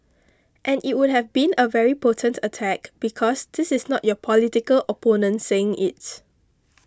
and it would have been a very potent attack because this is not your political opponent saying its